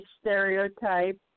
stereotype